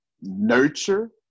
nurture